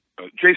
Jason